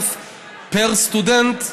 כסף פר סטודנט למשפטים,